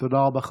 תודה רבה.